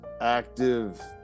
active